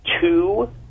two